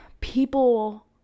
people